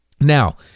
Now